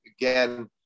again